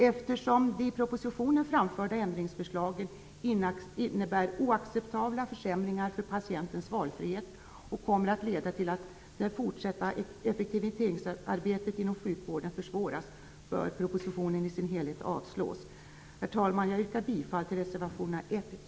Eftersom de i propositionen framförda ändringsförslagen innebär oacceptabla försämringar för patientens valfrihet och kommer att leda till att det fortsatta effektiviseringsarbetet inom sjukvården försvåras bör propositionen i sin helhet avslås. Herr talman! Jag yrkar bifall till reservationerna 1,